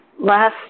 last